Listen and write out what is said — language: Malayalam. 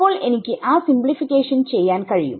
അപ്പോൾ എനിക്ക് ആ സിംപിളിഫിക്കേഷൻ ചെയ്യാൻ കഴിയും